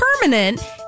permanent